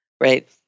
right